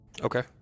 okay